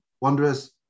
Wanderers